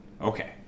Okay